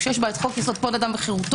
שיש בה חוק יסוד כבוד אדם וחירותו,